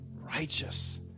righteous